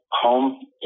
home